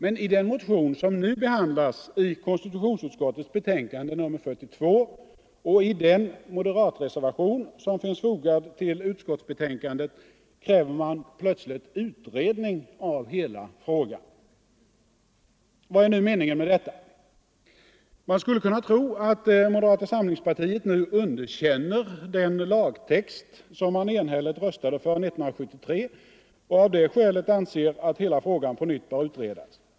Men i den motion som nu behandlas i konstitutionsutskottets betänkande nr 42 och i den moderatreservation som finns fogad till utskottsbetänkandet kräver man plötsligt utredning av hela frågan. Vad är meningen med detta? Man skulle kunna tro att moderata samlingspartiet nu underkänner den lagtext som man enhälligt röstade för 1973 och av det skälet anser att hela frågan på nytt bör utredas.